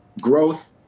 growth